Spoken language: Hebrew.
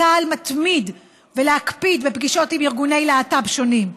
צה"ל מתמיד ומקפיד בפגישות עם ארגוני להט"ב שונים,